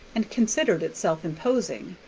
and considered itself imposing.